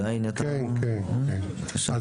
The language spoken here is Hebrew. בבקשה.